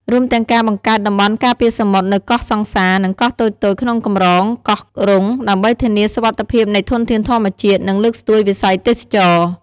រួមទាំងការបង្កើតតំបន់ការពារសមុទ្រនៅកោះសង្សារ និងកោះតូចៗក្នុងកម្រងកោះរុង ដើម្បីធានាសុវត្ថិភាពនៃធនធានធម្មជាតិ និងលើកស្ទួយវិស័យទេសចរណ៍។